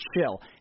chill